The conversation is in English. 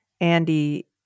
Andy